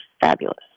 fabulous